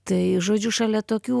tai žodžiu šalia tokių